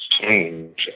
change